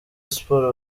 sports